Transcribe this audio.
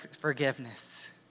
forgiveness